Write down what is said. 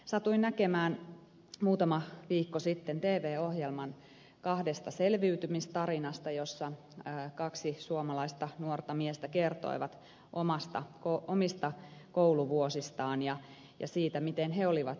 satuin näkemään muutama viikko sitten tv ohjelman kahdesta selviytymistarinasta joissa kaksi suomalaista nuorta miestä kertoivat omista kouluvuosistaan ja siitä miten he olivat selvinneet